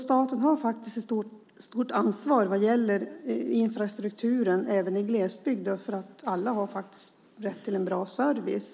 Staten har faktiskt ett stort ansvar vad gäller infrastrukturen även i glesbygd. Alla har faktiskt rätt till en bra service.